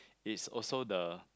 it's also the